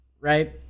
Right